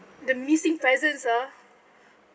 the missing presence ah